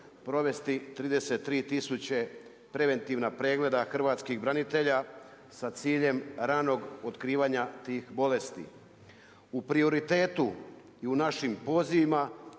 provesti 33 tisuće preventivna pregleda hrvatskih branitelja, sa ciljem ranog otkrivanja tih bolesti. U prioritetu i u našim pozivima,